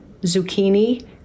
zucchini